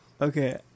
okay